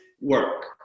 work